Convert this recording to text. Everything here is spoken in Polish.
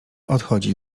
odchodzi